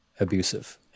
abusive